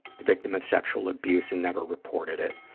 the victim of sexual abuse and never reported it.